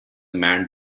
man